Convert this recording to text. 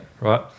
Right